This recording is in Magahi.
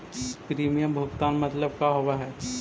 प्रीमियम भुगतान मतलब का होव हइ?